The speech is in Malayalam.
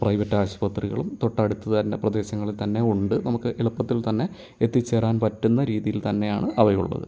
പ്രൈവറ്റ് ആശുപത്രികളും തൊട്ടടുത്ത് തന്നെ പ്രദേശങ്ങളിൽ തന്നെ ഉണ്ട് നമുക്ക് എളുപ്പത്തിൽ തന്നെ എത്തിച്ചേരാൻ പറ്റുന്ന രീതിയിൽ തന്നെയാണ് അവയുള്ളത്